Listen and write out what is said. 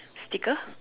sticker